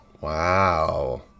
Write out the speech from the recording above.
wow